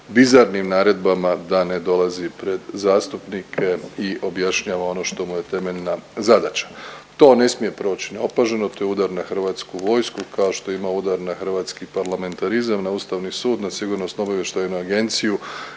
bizarnim naredbama da ne dolazi pred zastupnike i objašnjava ono što mu je temeljna zadaća. To ne smije proći neopažano to je udar na hrvatsku vojsku kao što ima udar na hrvatski parlamentarizam, na Ustavni sud, na SOA-u i u konačnici